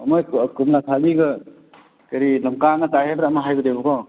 ꯃꯣꯏ ꯀꯣꯝꯂꯥꯊꯥꯕꯤꯒ ꯀꯔꯤ ꯂꯝꯀꯥꯒ ꯇꯥꯏ ꯍꯥꯏꯕ꯭ꯔ ꯑꯃ ꯍꯥꯏꯕꯅꯦꯕꯀꯣ